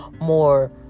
more